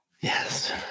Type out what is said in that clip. Yes